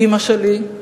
אמא שלי,